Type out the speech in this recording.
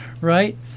right